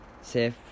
safe